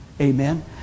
Amen